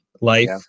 life